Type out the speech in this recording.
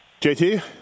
JT